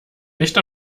nicht